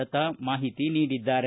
ಲತಾ ಮಾಹಿತಿ ನೀಡಿದ್ದಾರೆ